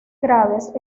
graves